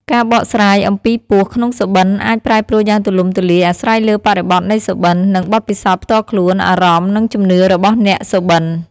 ការបកស្រាយអំពីពស់ក្នុងសុបិនអាច ប្រែប្រួលយ៉ាងទូលំទូលាយអាស្រ័យលើបរិបទនៃសុបិន និងបទពិសោធន៍ផ្ទាល់ខ្លួន អារម្មណ៍ និងជំនឿរបស់អ្នកសុបិន។